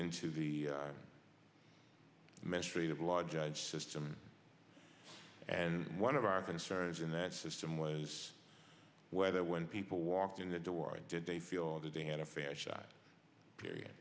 into the measure the law judge system and one of our concerns in that system was whether when people walk in the door and did they feel that they had a fair shot period